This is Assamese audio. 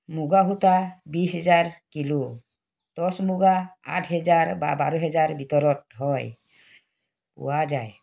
মূগা সূতা বিছ হেজাৰ কিলো টচ মূগা আঠ হেজাৰ বা বাৰ হেজাৰ ভিতৰত হয় পোৱা যায়